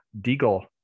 Deagle